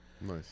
Nice